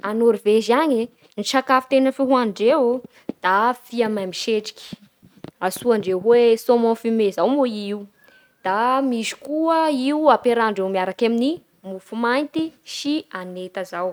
A Norvezy agny e, ny sakafo tena fihohanindreo da fia maimby setriky antsoandreo hoe saumon fumé izao moa i io. Da misy koa io ampiarahandreo miaraky amin'ny mofo mainty sy aneta izao.